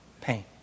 pain